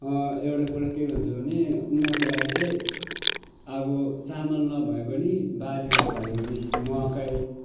एउटा कुरा के भन्छु भने उनीहरूको लागि चाहिँ अब चामल नभए पनि बारीमा फलेको चिज मकै